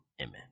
amen